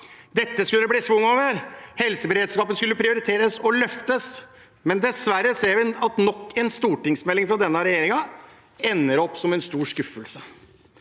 Dette skulle det bli schwung over, helseberedskapen skulle prioriteres og løftes. Dessverre ser vi at nok en stortingsmelding fra denne regjeringen ender opp som en stor skuffelse.